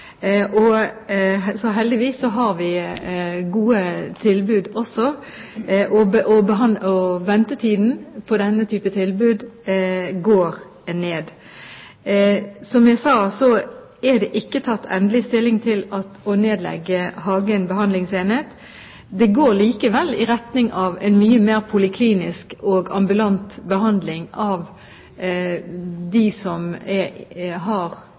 har vi gode tilbud også, og ventetiden på denne type tilbud går ned. Som jeg sa, er det ikke tatt endelig stilling til å nedlegge Hagen behandlingsenhet. Det går likevel i retning av en mye mer poliklinisk og ambulant behandling av dem som har utfordringer i forhold til psykisk helse. Det tror jeg er